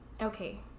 Okay